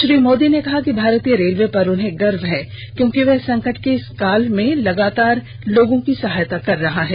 श्री मोदी ने कहा कि भारतीय रेलवे पर उन्हें गर्व है क्योंकि वह संकट के इस काल में लगातार लोगों की सहायता कर रहा है